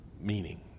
meaning